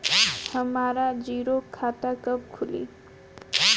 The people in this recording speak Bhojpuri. हमरा जीरो खाता कब खुली?